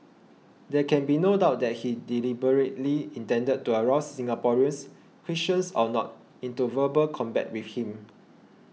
there can be no doubt that he deliberately intended to arouse Singaporeans Christians or not into verbal combat with him